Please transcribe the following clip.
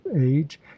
age